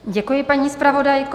Děkuji, paní zpravodajko.